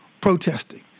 protesting